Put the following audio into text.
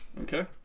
Okay